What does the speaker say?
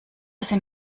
sind